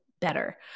better